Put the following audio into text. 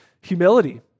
Humility